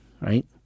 right